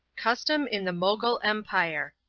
custom in the mogul empire.